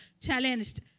challenged